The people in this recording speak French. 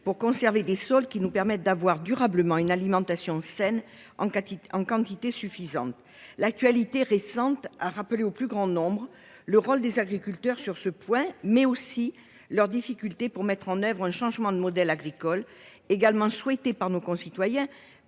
pour conserver des sols qui nous permettent de disposer durablement d’une alimentation saine en quantité suffisante. L’actualité récente a rappelé au plus grand nombre le rôle des agriculteurs sur ce point, mais aussi leurs difficultés pour mettre en œuvre un changement de modèle agricole, qui est également souhaité par nos concitoyens,